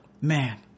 Man